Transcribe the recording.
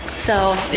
so